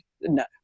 No